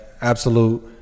absolute